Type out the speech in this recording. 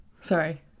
Sorry